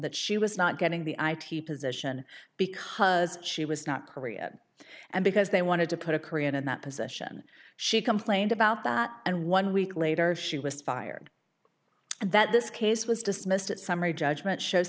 that she was not getting the i t position because she was not korea and because they wanted to put a korean in that position she complained about that and one week later she was fired and that this case was dismissed at summary judgment shows